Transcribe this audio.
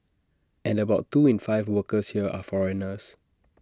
and about two in five workers here are foreigners